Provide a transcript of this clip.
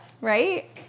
right